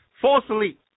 falsely